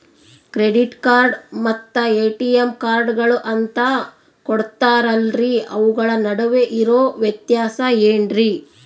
Credit card ಮತ್ತ ATM ಕಾರ್ಡುಗಳು ಅಂತಾ ಕೊಡುತ್ತಾರಲ್ರಿ ಅವುಗಳ ನಡುವೆ ಇರೋ ವ್ಯತ್ಯಾಸ ಏನ್ರಿ?